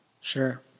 Sure